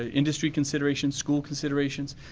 ah industry considerations, school considerations.